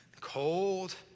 cold